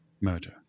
murder